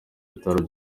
ibitaro